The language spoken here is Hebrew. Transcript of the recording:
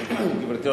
גברתי היושבת-ראש,